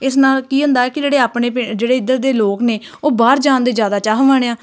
ਇਸ ਨਾਲ ਕੀ ਹੁੰਦਾ ਕਿ ਜਿਹੜੇ ਆਪਣੇ ਪਿੰ ਜਿਹੜੇ ਇੱਧਰ ਦੇ ਲੋਕ ਨੇ ਉਹ ਬਾਹਰ ਜਾਣ ਦੇ ਜ਼ਿਆਦਾ ਚਾਹਵਾਨ ਹੈ